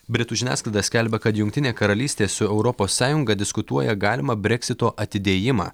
britų žiniasklaida skelbia kad jungtinė karalystė su europos sąjunga diskutuoja galimą breksito atidėjimą